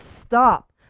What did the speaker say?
stop